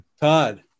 Todd